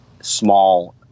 small